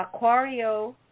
Aquario